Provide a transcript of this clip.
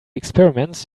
experiments